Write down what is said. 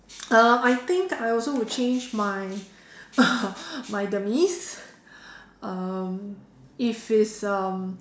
uh I think I also would change my my demise um if it's um